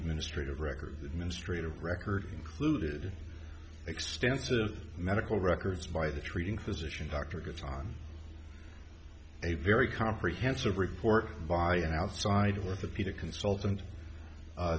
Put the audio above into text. administrative record administrative record included extensive medical records by the treating physician dr gets on a very comprehensive report by an outside orthopedic consultant